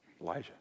Elijah